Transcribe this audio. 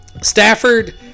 Stafford